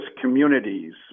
communities